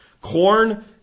Corn